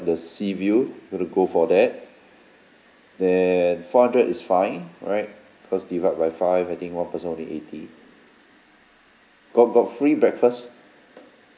the sea view going to go for that then four hundred is fine right cause divide by five I think one person only eighty got got free breakfast